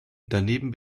daneben